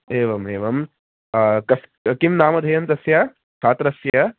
एवम् एवं तस्य किं नामधेयं तस्य छात्रस्य